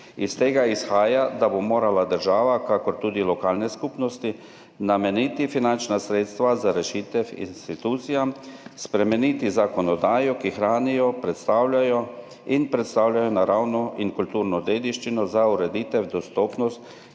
Iz tega izhaja, da bodo morale država in tudi lokalne skupnosti nameniti finančna sredstva za rešitev institucijam, spremeniti zakonodajo [za institucije], ki hranijo in predstavljajo naravno in kulturno dediščino, za ureditev dostopnosti